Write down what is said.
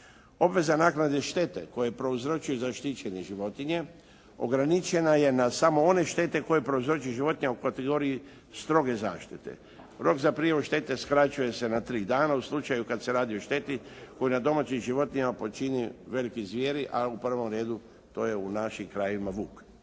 Obveza naknade štete koje prouzrokuju zaštićene životinje ograničena je na samo one štete koje prouzrokuje životinja u kategoriji stroge zaštite. Rok za prijavu štete skraćuje se na tri dana u slučaju kad se radi o šteti koju na domaćim životinjama počine velike zvijeri, a u prvom redu to je u našim krajevima vuk.